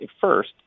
first